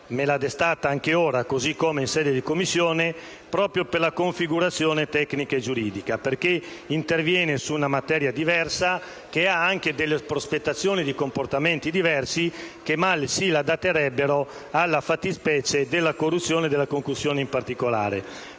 me l'ha destata anche ora, così come già in sede di Commissione, proprio per la configurazione tecnica e giuridica, perché interviene su una materia diversa, che ha anche delle prospettazioni di comportamenti diversi, che male si adatterebbero alla fattispecie della corruzione e della concussione in particolare.